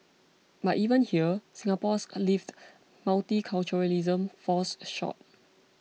but even here Singapore's lived multiculturalism falls short